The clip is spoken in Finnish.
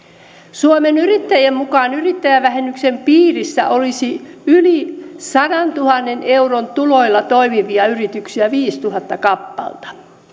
suomen yrittäjien mukaan yrittäjävähennyksen piirissä olisi yli sadantuhannen euron tuloilla toimivia yrityksiä viisituhatta kappaletta